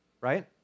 right